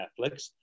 Netflix